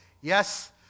Yes